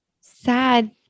sad